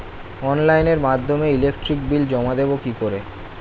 অনলাইনের মাধ্যমে electric bill জমা দেবো কি করে?